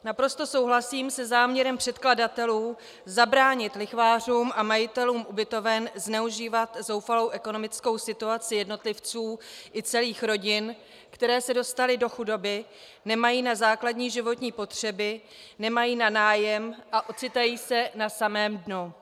Naprosto souhlasím se záměrem předkladatelů zabránit lichvářům a majitelům ubytoven zneužívat zoufalou ekonomickou situaci jednotlivců i celých rodin, které se dostaly do chudoby, nemají na základní životní potřeby, nemají na nájem a ocitají se na samém dnu.